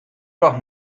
doch